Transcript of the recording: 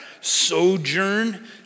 sojourn